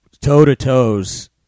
toe-to-toes